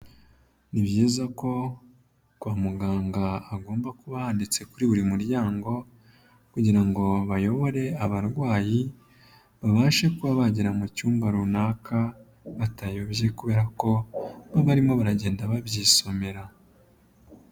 Ni byiza ko kwa muganga hagomba kuba handitse kuri buri muryango, kugira ngo bayobore abarwayi, babashe kuba bagera mu cyumba runaka batayobye kubera ko babarimo baragenda babyisomera.